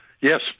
Yes